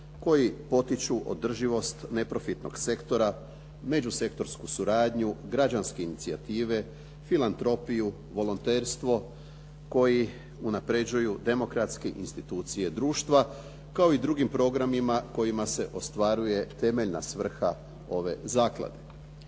koji potiču održivost neprofitnog sektora, međusektorsku suradnju, građanske inicijative, filantropiju, volonterstvo koji unapređuju demokratske institucije društva kao i drugim programima kojima se ostvaruje temeljna svrha ove zaklade.